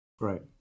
Right